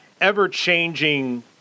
ever-changing